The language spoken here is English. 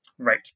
Right